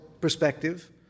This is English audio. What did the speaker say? perspective